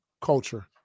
culture